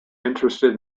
interested